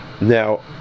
Now